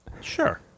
Sure